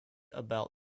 about